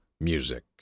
music